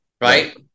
right